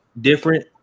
different